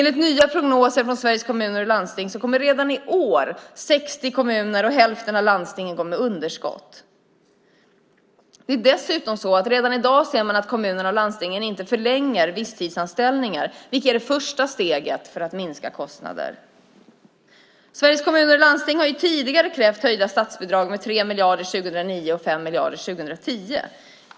Enligt nya prognoser från Sveriges Kommuner och Landsting kommer redan i år 60 kommuner och hälften av landstingen att gå med underskott. Redan i dag ser man dessutom att kommunerna och landstingen inte förlänger visstidsanställningar, vilket är det första steget för att minska kostnader. Sveriges Kommuner och Landsting har tidigare krävt höjda statsbidrag med 3 miljarder 2009 och 5 miljarder 2010.